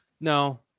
No